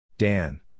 Dan